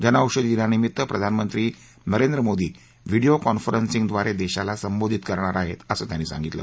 जनऔषधी दिनानिमित्त प्रधानमंत्री नरेंद्र मोदी व्हिडियो कॉन्फरन्सिंगड्वारे देशाला संबोधित करणार आहेत असं त्यांनी सांगितलं